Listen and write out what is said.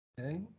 Okay